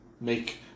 Make